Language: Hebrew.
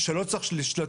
אדוני,